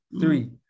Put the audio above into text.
Three